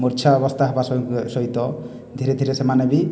ମୂର୍ଚ୍ଛା ଅବସ୍ଥା ହେବା ସହିତ ଧିରେ ଧିରେ ସେମାନେ ବି